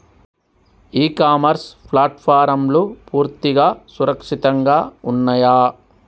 ఇ commerce ప్లాట్ఫారమ్లు పూర్తిగా సురక్షితంగా ఉన్నయా?